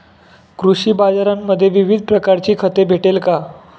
कृषी बाजारांमध्ये विविध प्रकारची खते भेटेल का?